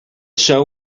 show